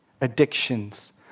Addictions